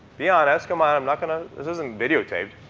be honest, come on, i'm not going to this isn't videotaped.